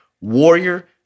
Warrior